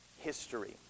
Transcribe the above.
history